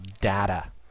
data